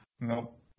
Nope